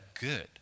good